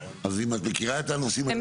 אז אם את מכירה את הנושאים.